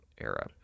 era